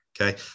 okay